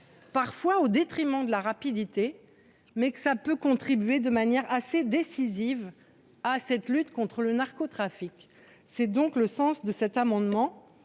parfois au détriment de la rapidité, et cela peut contribuer de manière décisive à la lutte contre le narcotrafic. Tel est donc l’objet de cet amendement.